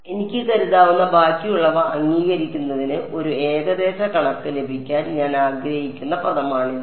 അതിനാൽ എനിക്ക് കരുതാവുന്ന ബാക്കിയുള്ളവ അംഗീകരിക്കുന്നതിന് ഒരു ഏകദേശ കണക്ക് ലഭിക്കാൻ ഞാൻ ആഗ്രഹിക്കുന്ന പദമാണിത്